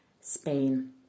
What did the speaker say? Spain